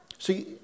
See